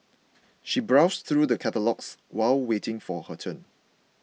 she browsed through the catalogues while waiting for her turn